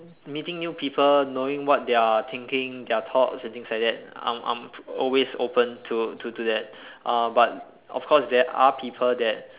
meeting new people knowing what they are thinking their thoughts and things like that I'm I'm always open to to do that uh but of course there are people that